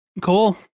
Cool